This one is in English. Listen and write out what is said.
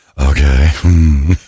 Okay